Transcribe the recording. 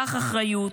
קח אחריות,